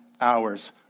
hours